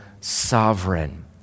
sovereign